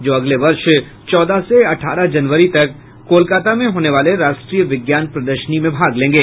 जो अगले वर्ष चौदह से अठारह जनवरी तक कोलकाता में होने वाले राष्ट्रीय विज्ञान प्रदर्शनी में भाग लेंगे